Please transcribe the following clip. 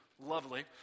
lovely